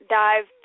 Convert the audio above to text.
dive